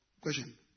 Question